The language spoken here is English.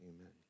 Amen